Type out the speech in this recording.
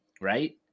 right